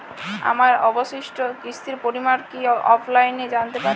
আমার অবশিষ্ট কিস্তির পরিমাণ কি অফলাইনে জানতে পারি?